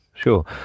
Sure